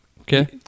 Okay